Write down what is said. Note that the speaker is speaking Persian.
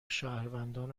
شهروندان